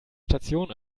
station